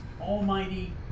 Almighty